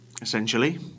essentially